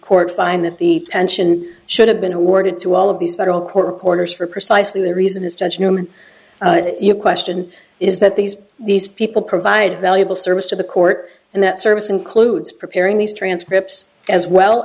court find that the tension should have been awarded to all of these federal court reporters for precisely the reason his judgment you question is that these these people provide valuable service to the court and that service includes preparing these transcripts as well